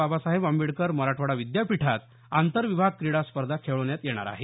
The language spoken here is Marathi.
बाबासाहेब आंबेडकर मराठवाडा विद्यापीठात आंतर विभाग क्रीडा स्पर्धा खेळवण्यात येणार आहेत